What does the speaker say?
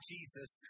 Jesus